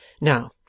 Now